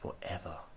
forever